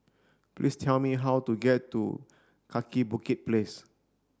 please tell me how to get to Kaki Bukit Place